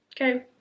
okay